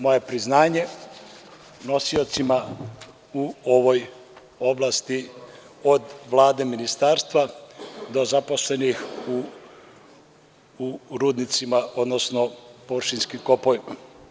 Malo priznanje nosiocima u ovoj oblasti od Vlade, Ministarstva do zaposlenih u rudnicima, odnosno površinskim kopovima.